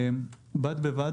בד בבד,